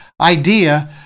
idea